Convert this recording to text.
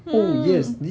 hmm